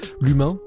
L'humain